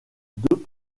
deux